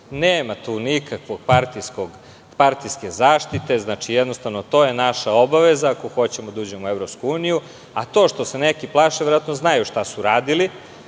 Nema tu nikakvog partijske zaštite. Jednostavno, to je naša obaveza ako hoćemo da uđemo u EU.To što se neki plaše, verovatno znaju šta su radili.